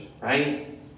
right